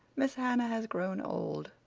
miss hannah has grown old,